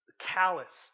calloused